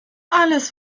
alles